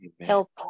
Help